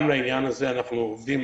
גם בעניין הזה אנחנו עובדים